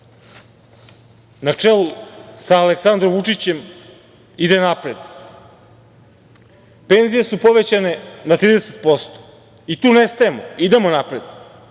na čelu sa Aleksandrom Vučićem, ide napred. Penzije su povećane na 30%, i tu ne stajemo, idemo napred,